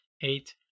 eight